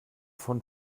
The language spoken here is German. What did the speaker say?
von